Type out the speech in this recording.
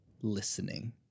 listening